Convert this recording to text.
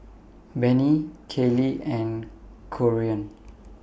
Bennie Kylee and Corean